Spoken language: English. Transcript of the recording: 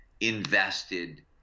invested